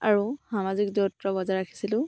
আৰু সামাজিক দূৰত্ব বজাই ৰাখিছিলোঁ